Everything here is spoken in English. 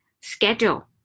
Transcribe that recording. schedule